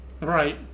Right